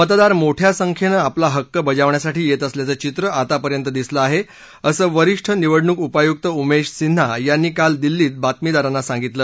मतदार मोठया संख्येनं आपला हक्क बजावण्यासाठी येत असल्याचं चित्र आतापर्यंत दिसलं आहे असं वरीष्ठ निवडणूक उपायुक्त उमेश सिन्हा यांनी काल दिल्लीत बातमीदारांना सांगितलं